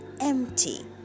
empty